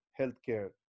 healthcare